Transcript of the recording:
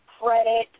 credit